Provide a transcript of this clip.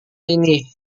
ini